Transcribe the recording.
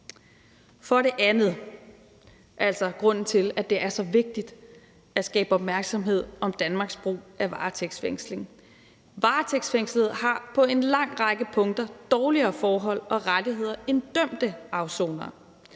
til, at det er så vigtigt at skabe opmærksomhed om Danmarks brug af varetægtsfængsling: Varetægtsfængslede har på en lang række punkter dårligere forhold og rettigheder end dømte afsonere.